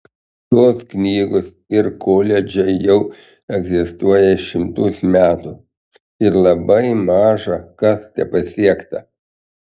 tos knygos ir koledžai jau egzistuoja šimtus metų ir labai maža kas tepasiekta